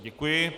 Děkuji.